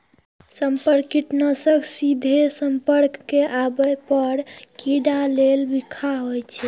संपर्क कीटनाशक सीधे संपर्क मे आबै पर कीड़ा के लेल बिखाह होइ छै